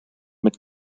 mit